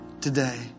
today